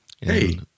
Hey